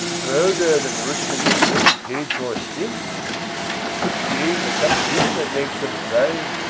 prouder than rustling in unpaid-for silk such gain the cap of him that makes him fine,